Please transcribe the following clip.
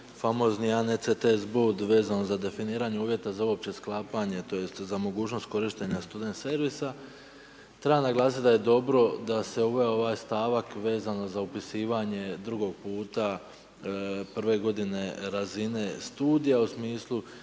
famozni ANCTS vezan za definiranje uvjeta za opće sklapanje tj. za mogućnost korištenja student servisa. Treba naglasiti da je dobro da se uveo ovaj stavak vezano za upisivanje drugog puta prve godine razine studija u smislu